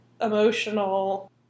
emotional